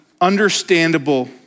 understandable